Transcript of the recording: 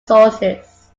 sources